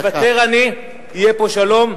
מוותר אני, יהיה פה שלום?